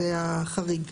זה החריג.